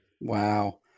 Wow